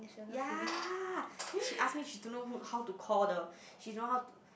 yea then she ask me she don't know who how to call the she don't know how to